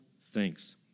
thanks